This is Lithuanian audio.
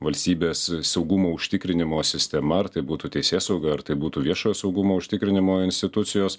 valstybės saugumo užtikrinimo sistema ar tai būtų teisėsauga ar tai būtų viešojo saugumo užtikrinimo institucijos